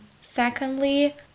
Secondly